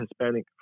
Hispanic